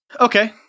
Okay